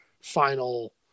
final